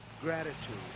gratitude